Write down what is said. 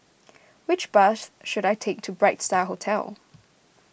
which bus should I take to Bright Star Hotel